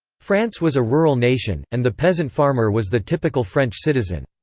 france was a rural nation, and the peasant farmer was the typical french citizen.